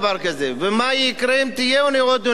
ומה יקרה אם תהיה עוד אוניברסיטה?